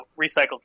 recycled